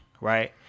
right